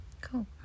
cool